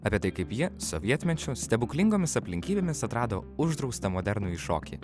apie tai kaip ji sovietmečiu stebuklingomis aplinkybėmis atrado uždraustą modernųjį šokį